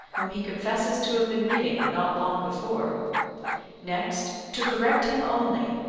whom he confesses to have been reading, not long before next to correct him only,